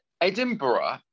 Edinburgh